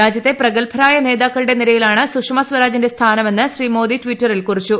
രാജ്യത്തെ പ്രഗത്ഭരായ നേതാക്കളുടെ നിരയിലാണ് സുഷമസ്വരാജിന്റെ സ്ഥാനമെന്ന് ശ്രീ മോദി ട്വിറ്ററിൽ കുറിച്ചു